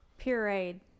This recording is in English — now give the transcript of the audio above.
Pureed